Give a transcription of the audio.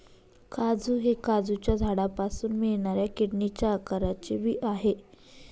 काजू हे काजूच्या झाडापासून मिळणाऱ्या किडनीच्या आकाराचे बी आहे